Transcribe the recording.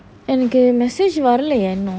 என்னக்கு:ennaku message வரலையே இன்னும்:varalayae inum